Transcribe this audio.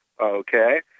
okay